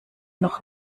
noch